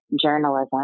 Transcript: journalism